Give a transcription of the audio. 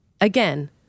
again